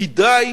כדאי